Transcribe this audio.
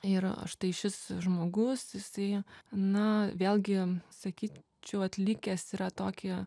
ir štai šis žmogus jisai na vėlgi sakyčiau atlikęs yra tokį